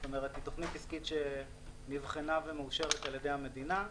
זאת אומרת תוכנית עסקית שנבחנה ומאושרת על ידי המדינה,